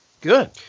good